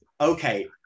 okay